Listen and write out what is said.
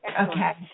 Okay